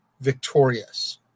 victorious